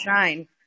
shine